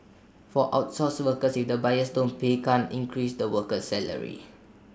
for outsourced workers if the buyers don't pay can't increase the worker's salary